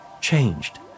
changed